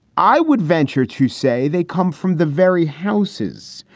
i would venture to say they come from the very houses,